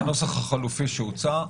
הנוסח החלופי שהוצע.